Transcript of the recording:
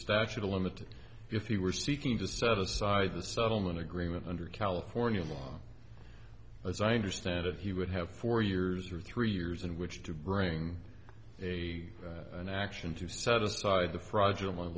statute a limited if you were seeking to set aside the settlement agreement under california law as i understand it he would have four years or three years in which to bring a an action to set aside the fraudulent